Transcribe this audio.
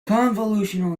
convolutional